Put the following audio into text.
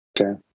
Okay